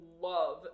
love